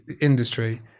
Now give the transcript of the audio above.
industry